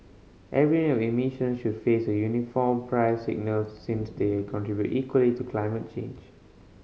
every emissions should face a uniform price signal since they contribute equally to climate change